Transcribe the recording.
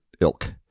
ilk